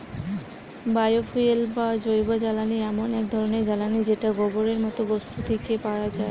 bio fuel বা জৈবজ্বালানি এমন এক ধরণের জ্বালানী যেটা গোবরের মতো বস্তু থিকে পায়া যাচ্ছে